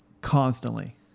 constantly